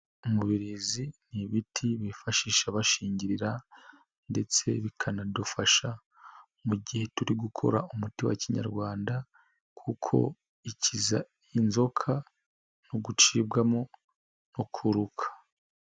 Umubirizi ni ibiti bifashisha bashingirira ndetse bikanadufasha mu gihe turi gukora umuti wa Kinyarwanda kuko ikiza inzoka no gucibwamo no kuruka.